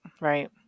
Right